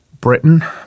Britain